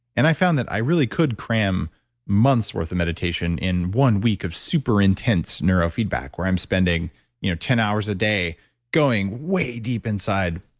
and i found that i really could cram months worth of meditation in one week of super intense neurofeedback, where i'm spending you know ten hours a day going way deep inside.